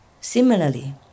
Similarly